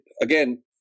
again